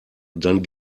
dann